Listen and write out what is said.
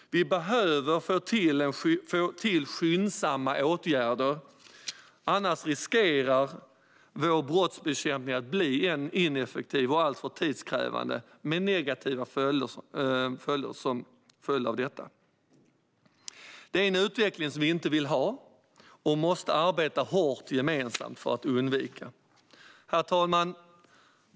Vi behöver få till skyndsamma åtgärder, annars riskerar vår brottsbekämpning att bli ineffektiv och alltför tidskrävande, med negativa följder. Det är en utveckling som vi inte vill ha och som vi gemensamt måste arbeta hårt för att undvika. Herr talman!